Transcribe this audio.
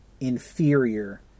inferior